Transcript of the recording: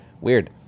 Weird